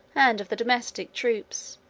and of the domestic troops.